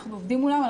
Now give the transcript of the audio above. אנחנו עובדים מולם.